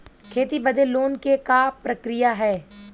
खेती बदे लोन के का प्रक्रिया ह?